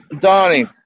Donnie